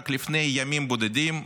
רק לפני ימים בודדים,